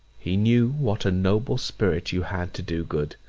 he knew what a noble spirit you had to do good.